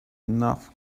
enough